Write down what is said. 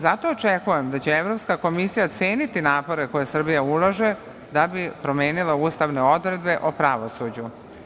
Zato, očekujem da će Evropska komisija ceniti napore koje Srbija ulaže da bi promenila ustavne odredbe o pravosuđu.